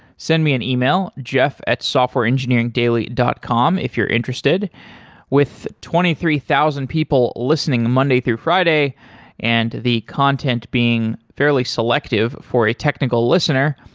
send me an e-mail jeff at softwareengineeringdaily dot com if you're interested with twenty three thousand people listening monday through friday and the content being fairly selective for a technical listener,